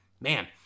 Man